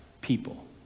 people